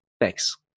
thanks